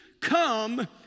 come